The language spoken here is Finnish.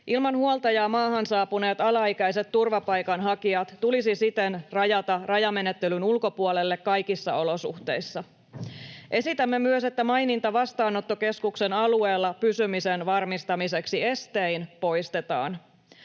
Ilman huoltajaa maahan saapuneet alaikäiset turvapaikanhakijat tulisi siten rajata rajamenettelyn ulkopuolelle kaikissa olosuhteissa. Esitämme myös, että maininta vastaanottokeskuksen alueella pysymisen varmistamiseksi estein poistetaan.